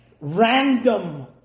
random